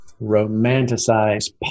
romanticize